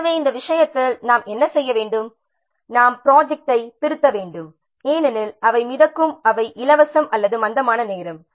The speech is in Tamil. எனவே இந்த விஷயத்தில் நாம் என்ன செய்ய வேண்டும் நாங்கள் ப்ராஜெக்ட்டை திருத்த வேண்டும் ஏனெனில் அவை மிதக்கும் அவை இலவசம் அல்லது மந்தமான நேரம்